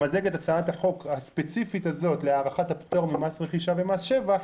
למזג את הצעת החוק הספציפית הזו להארכת הפטור ממס רכישה ומס שבח,